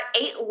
eight